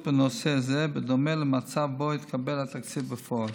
בנושא זה בדומה למצב שבו התקבל התקציב בפועל.